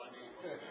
אנחנו מוכנים.